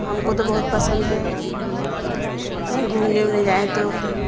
ہم کو تو بہت پسند ہے کہیں گھومنے اومنے جائیں تو